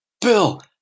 Bill